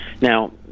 Now